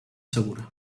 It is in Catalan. segura